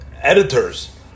editors